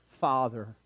Father